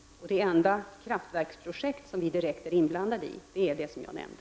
Det enda kraftverksprojekt som vi är direkt inblandade i är det som jag nämnde.